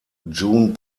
june